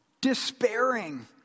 despairing